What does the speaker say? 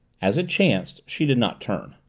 as it chanced, she did not turn.